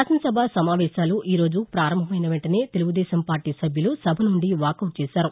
శాసనసభ సమావేశాలు ఈరోజు ప్రారంభమైన వెంటనే తెలుగుదేశం పార్టీ సభ్యులు సభ నుండి వాకౌట్ చేశారు